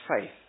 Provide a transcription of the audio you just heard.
faith